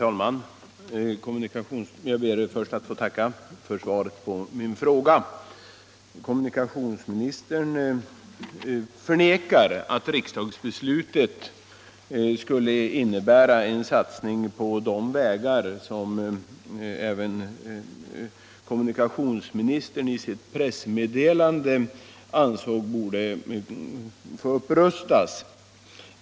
Herr talman! Jag ber att få tacka för svaret på min fråga. Kommunikationsministern förnekar att riksdagsbeslutet innebar en satsning på de vägar som också kommunikationsministern i sitt pressmeddelande ansåg borde upprustas.